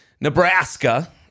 Nebraska